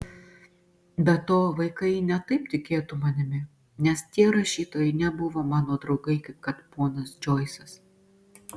be to vaikai ne taip tikėtų manimi nes tie rašytojai nebuvo mano draugai kaip kad ponas džoisas